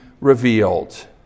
revealed